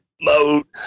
remote